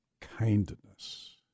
kindness